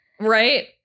right